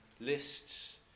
lists